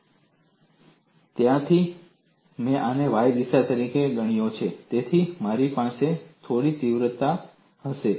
અને ત્યારથી મેં આને y દિશા તરીકે ગણ્યો છે તેથી મારી પાસે થોડી તીવ્રતા હશે